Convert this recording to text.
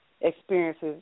experiences